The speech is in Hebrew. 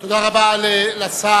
תודה רבה לשר.